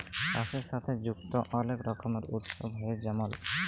চাষের সাথে যুক্ত অলেক রকমের উৎসব হ্যয়ে যেমল